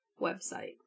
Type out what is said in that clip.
website